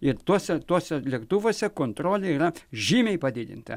ir tuose tuose lėktuvuose kontrolė yra žymiai padidinta